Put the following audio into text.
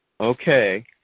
Okay